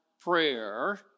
prayer